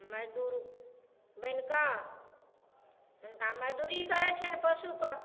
मजदूर बैन कऽ हुनका मजदूरी करै छियनि पशुके